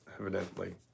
evidently